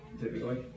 typically